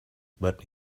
but